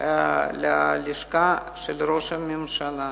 ללשכה של ראש הממשלה,